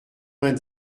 vingt